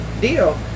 deal